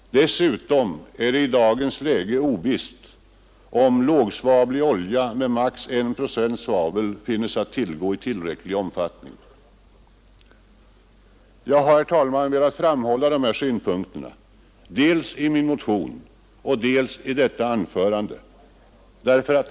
Dessutom är det i dagens läge oklart om lågsvavlig olja med maximalt 1 procent svavel finns att tillgå i tillräcklig omfattning. Jag har, herr talman, velat framhålla dessa synpunkter dels i min motion, dels i detta anförande.